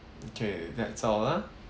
okay that's all lah